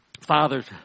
Fathers